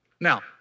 Now